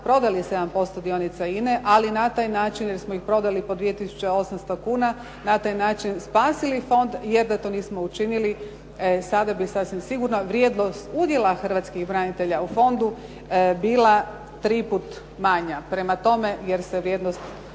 prodali 7% dionica INA-e, ali na taj način jer smo ih prodali po 2800 kuna. Na taj način spasili fond, jer da to nismo učinili, sada bi sasvim sigurno vrijednost udjela hrvatskih branitelja u fondu bila tri puta manja. Prema tome, jer se vrijednost,